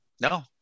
no